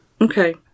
Okay